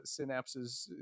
synapses